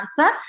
answer